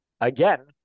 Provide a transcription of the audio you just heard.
again